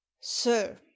sir